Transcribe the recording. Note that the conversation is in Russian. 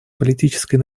политической